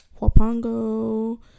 huapango